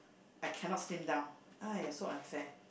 I cannot slim down !aiya! so unfair